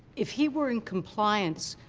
if he were in compliance,